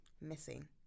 Missing